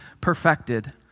perfected